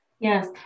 Yes